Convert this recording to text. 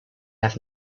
have